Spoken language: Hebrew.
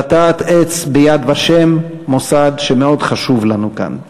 לטעת עץ ב"יד ושם" מוסד מאוד חשוב לנו כאן.